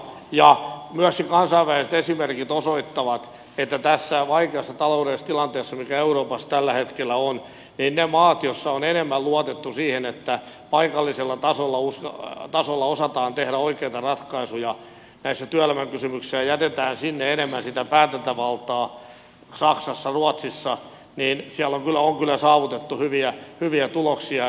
myöskin kansainväliset esimerkit osoittavat että tässä vaikeassa taloudellisessa tilanteessa mikä euroopassa tällä hetkellä on niissä maissa joissa on enemmän luotettu siihen että paikallisella tasolla osataan tehdä oikeita ratkaisuja näissä työelämäkysymyksissä ja jätetään sinne enemmän sitä päätäntävaltaa saksassa ruotsissa on kyllä saavutettu hyviä tuloksia